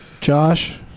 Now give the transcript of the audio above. Josh